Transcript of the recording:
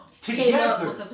together